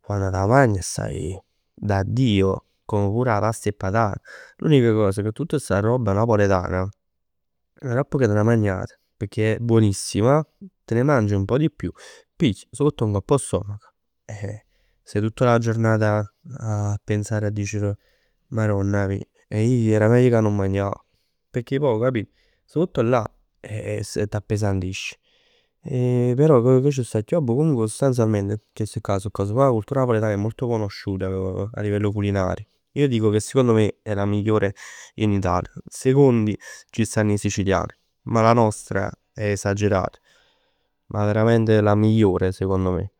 quann t' 'a magn stai da Dio. Come anche 'a past 'e patan. L'unica cosa, che tutta sta roba napoletana, aropp che t' 'a magnat, pecchè è buonissima, te ne mangi un pò di più, pigl, si vott ngopp 'o stomaco e stai tutta una giornata a pensare e dicere, Maronna mij, e ij era meglio ca nun magnav. Pecchè poi capit, s' vott là e s'appesantisc. E però che c' sta chiù? Vabbe sostanzialmente cheste'ccà so 'e cose. Poi 'a cultura napoletana è molto conosciuta a livello culinario. Io dico che seconodo me è la migliore in Italia. Secondi ci stann 'e sicilian. Ma la nostra è esagerata. Ma veramente la migliore secondo me.